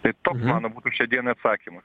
taip mano būtų šią dieną atsakymas